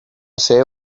ser